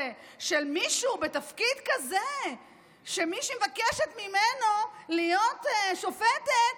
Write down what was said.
של מישהו בתפקיד כזה שמי שמבקשת ממנו להיות שופטת,